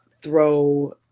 throw